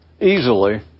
easily